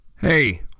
Hey